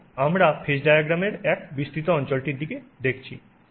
এবং আমরা ফেজ ডায়াগ্রামের এক বিস্তৃত অঞ্চলটির দিকে দেখছি